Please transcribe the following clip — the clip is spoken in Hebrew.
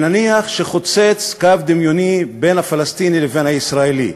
נניח שחוצץ קו דמיוני בין הפלסטיני לבין הישראלי,